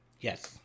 Yes